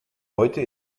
heute